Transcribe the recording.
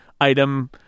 item